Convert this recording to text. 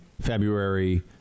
February